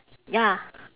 ya